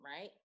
right